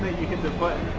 you hit the button